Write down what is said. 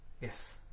yes